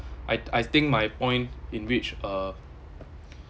I I think my point in which uh